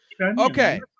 okay